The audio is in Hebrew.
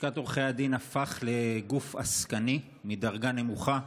לשכת עורכי הדין הפכה לגוף עסקני מדרגה נמוכה,